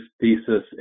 thesis